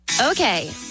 Okay